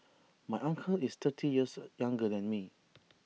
my uncle is thirty years younger than me